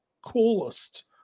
coolest